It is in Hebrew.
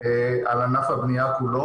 על ענף הבנייה כולו,